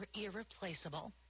irreplaceable